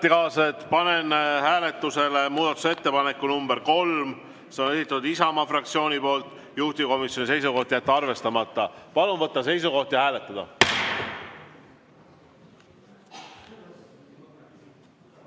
panen hääletusele muudatusettepaneku nr 3, esitatud Isamaa fraktsiooni poolt, juhtivkomisjoni seisukoht on jätta arvestamata. Palun võtta seisukoht ja hääletada!